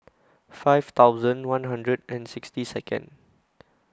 five thousand one hundred and sixty Second